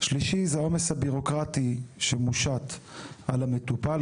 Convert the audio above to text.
שלישי זה העומס הבירוקרטי שמושת על המטופל,